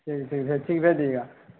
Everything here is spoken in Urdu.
ٹھیک ٹھیک ٹھیک بھیج دیجیے گا